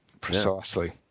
precisely